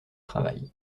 travail